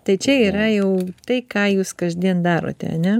tai čia yra jau tai ką jūs kasdien darote ane